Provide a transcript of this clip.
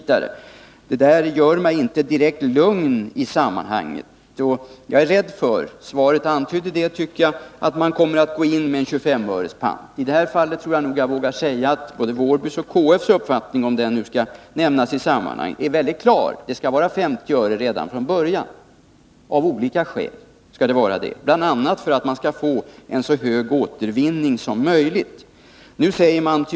Detta gör mig inte direkt lugn och jag är rädd för att — svaret antydde ju det — man kommer att gå in med en pant på 25 öre. Jag vågar i detta sammanhang säga att både Wårbys och KF:s uppfattning — om den nu här skall nämnas — är klar: Det skall vara 50 öre redan från början av olika skäl, bl.a. för att man skall få en så hög återvinning som möjligt.